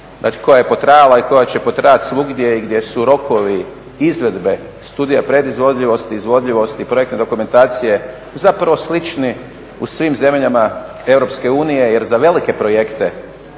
koja je potrajala i koja će potrajat svugdje i gdje su rokovi izvedbe studije predizvodljivosti, izvodljivosti, projektne dokumentacije zapravo slični u svim zemljama Europske unije jer za velike projekte,